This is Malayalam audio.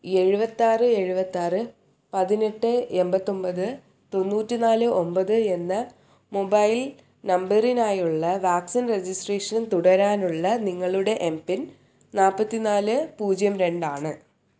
എഴുപത്താറ് എഴുപത്താറ് പതിനെട്ട് എൺപത്തൊൻപത് തൊണ്ണൂറ്റി നാല് ഒൻപത് എന്ന മൊബൈൽ നമ്പറിനായുള്ള വാക്സിൻ രജിസ്ട്രേഷൻ തുടരാനുള്ള നിങ്ങളുടെ എം പിൻ നാൽപ്പത്തി നാല് പൂജ്യം രണ്ടാണ്